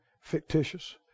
fictitious